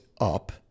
up